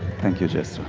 thank you, jester.